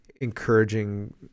encouraging